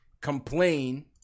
complain